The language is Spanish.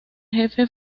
jefe